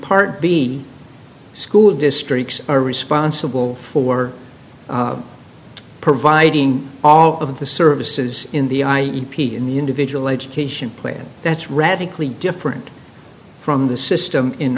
part b school districts are responsible for providing all of the services in the i e p in the individual education plan that's radically different from the system in